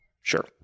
Sure